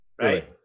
right